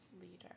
leader